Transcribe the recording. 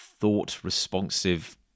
thought-responsive